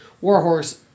Warhorse